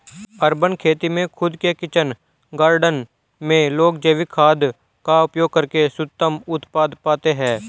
urban खेती में खुद के किचन गार्डन में लोग जैविक खाद का उपयोग करके शुद्धतम उत्पाद पाते हैं